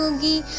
me